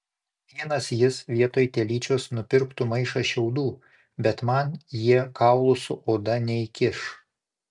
vienas jis vietoj telyčios nupirktų maišą šiaudų bet man jie kaulų su oda neįkiš